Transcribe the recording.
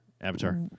Avatar